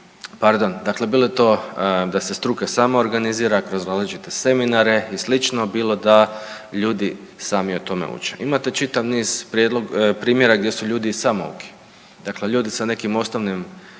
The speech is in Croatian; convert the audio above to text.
na druge načine, bilo da se struka sama organizira kroz različite seminare i sl., bilo da ljudi sami o tome uče. Imate čitav niz primjera gdje su ljudi samouki, dakle ljudi sa nekim osnovnim